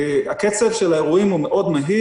קצב האירועים מהיר מאוד.